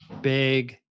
big